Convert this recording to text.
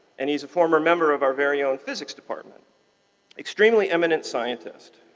and he's a former member of our very own physics department extremely eminent scientist.